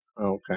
Okay